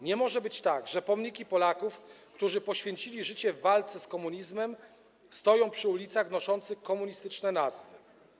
Nie może być tak, że pomniki Polaków, którzy poświecili życie w walce z komunizmem, stoją przy ulicach noszących komunistyczne nazwy.